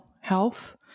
health